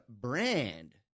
brand